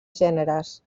gèneres